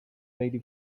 eighty